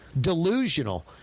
Delusional